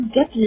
Get